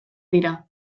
dira